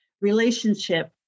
relationship